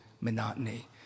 monotony